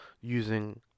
using